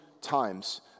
times